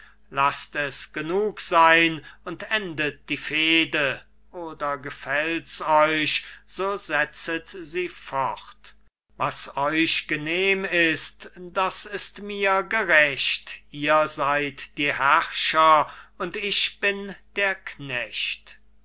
laßt es genug sein und endet die fehde oder gefällt's euch so setzet sie fort was auch genehm ist das ist mir gerecht ihr seid die herrscher und ich bin der knecht